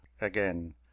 again